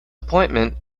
appointment